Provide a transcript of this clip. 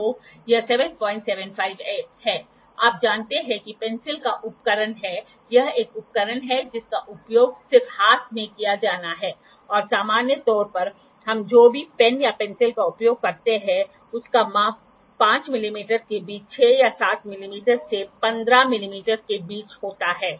तो यह 775 है आप जानते हैं कि पेंसिल एक उपकरण है यह एक उपकरण है जिसका उपयोग सिर्फ हाथ में किया जाना है और सामान्य तौर पर हम जो भी पेन या पेंसिल का उपयोग करते हैं उसका माप 5 mm के बीच 6 या 7 मिमी से 15 मिमी के बीच होता है